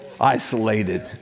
isolated